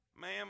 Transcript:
ma'am